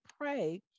pray